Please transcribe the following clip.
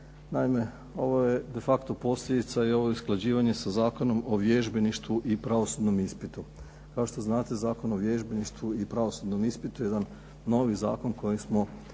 Naime, ovo je de facto posljedica i ovo je usklađivanje sa Zakonom o vježbeništvu i pravosudnom ispitu. Kao što znate Zakon o vježbeništvu i pravosudnom ispitu jedan novi zakon koji smo